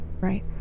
Right